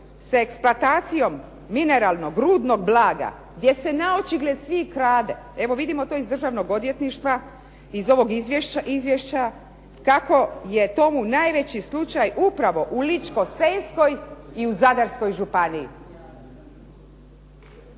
sa eksploatacijom mineralnog, rudnog blaga gdje se na očigled svih krade. Evo vidimo to iz Državnog odvjetništva, iz ovog izvješća kako je tomu najveći slučaj upravo u Ličko-senjskoj i u Zadarskoj županiji.